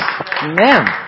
Amen